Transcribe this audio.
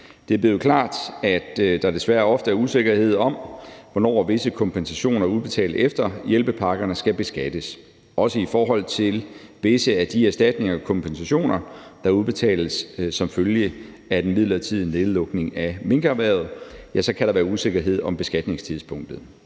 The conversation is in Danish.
Det er blevet klart, at der desværre ofte er usikkerhed om, hvornår visse kompensationer udbetalt efter hjælpepakkerne skal beskattes. Også i forhold til visse af de erstatninger og kompensationer, der udbetales som følge af den midlertidige nedlukning af minkerhvervet, kan der være usikkerhed om beskatningstidspunktet.